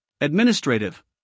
administrative